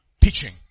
teaching